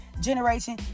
generation